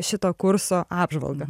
šito kurso apžvalgą